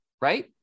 Right